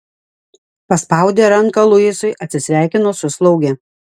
paspaudė ranką luisui atsisveikino su slauge